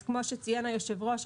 אז כמו שציין היושב-ראש,